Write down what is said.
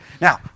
Now